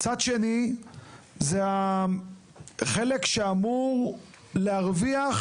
צד שני זה החלק שאמור להרוויח